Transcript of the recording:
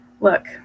look